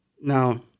Now